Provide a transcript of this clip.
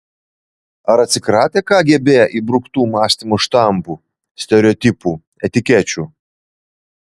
ar atsikratę kgb įbruktų mąstymo štampų stereotipų etikečių